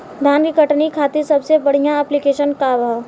धान के कटनी खातिर सबसे बढ़िया ऐप्लिकेशनका ह?